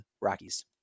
Rockies